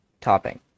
topping